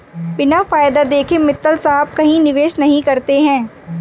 बिना फायदा देखे मित्तल साहब कहीं निवेश नहीं करते हैं